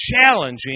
challenging